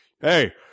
hey